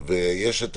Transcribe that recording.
ויש את